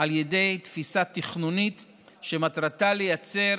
על תפיסה תכנונית שמטרתה לייצר